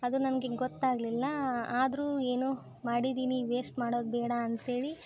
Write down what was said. ಅದು ನನಗೆ ಗೊತ್ತಾಗ್ಲಿಲ್ಲ ಆದರೂ ಏನು ಮಾಡಿದ್ದೀನಿ ವೇಸ್ಟ್ ಮಾಡೋದು ಬೇಡ ಅಂತೇಳಿ